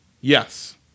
Yes